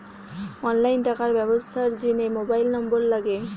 online টাকার ব্যবস্থার জিনে মোবাইল নম্বর লাগে